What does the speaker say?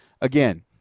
Again